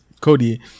Cody